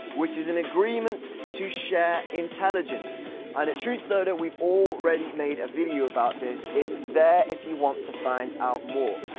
which is an agreement to share intelligence and at truthloader we've already made a video about this, it's there if you want to find out more.